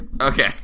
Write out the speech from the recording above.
Okay